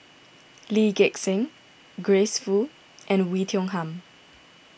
Lee Gek Seng Grace Fu and Oei Tiong Ham